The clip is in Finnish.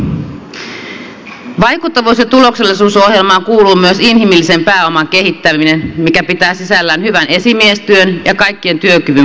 vaikuttavuus ja tuloksellisuusohjelmaan kuuluu myös inhimillisen pääoman kehittäminen mikä pitää sisällään hyvän esimiestyön ja kaikkien työkyvyn parantamisen